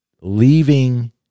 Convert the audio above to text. leaving